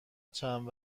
چند